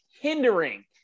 hindering